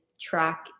track